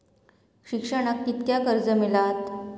शिक्षणाक कीतक्या कर्ज मिलात?